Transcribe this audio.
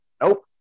Nope